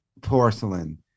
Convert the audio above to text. porcelain